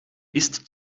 ist